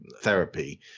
therapy